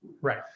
Right